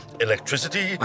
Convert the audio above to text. electricity